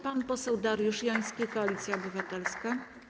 Pan poseł Dariusz Joński, Koalicja Obywatelska.